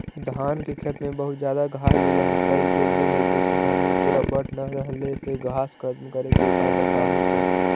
धान के खेत में बहुत ज्यादा घास जलमतइ गेले हे जेसे धनबा पुरा बढ़ न रहले हे घास खत्म करें के उपाय बताहु तो?